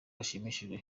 ashimishijwe